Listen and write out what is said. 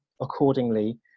accordingly